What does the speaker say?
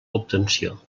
obtenció